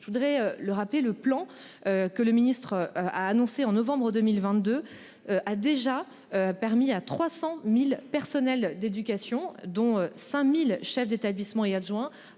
je voudrais le rappeler, le plan que le ministre a annoncé en novembre 2022, a déjà permis à 300.000 personnels d'éducation, dont 5000 chefs d'établissement et adjoint